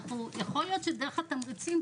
יכול להיות שדרך התמריצים,